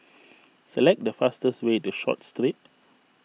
select the fastest way to Short Street